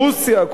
רוסיה,